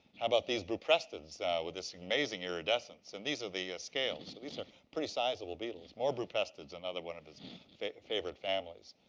how about these buprestids with this amazing iridescence, and these are the scales. so these are pretty sizable beetles. more buprestids, another one of his favorite favorite families.